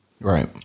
Right